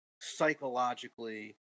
psychologically